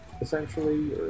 essentially